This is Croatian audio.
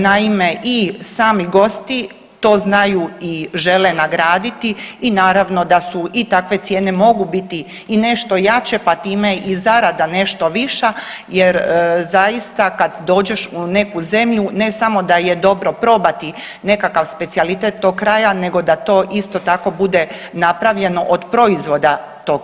Naime i sami gosti to znaju i žele nagraditi i naravno da su i takve cijene mogu biti i nešto jače pa time i zarada nešto viša, jer zaista kad dođeš u neku zemlju ne samo da je dobro probati nekakav specijalitet toga kraja nego da to isto tako bude napravljeno od proizvoda tog kraja.